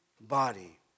body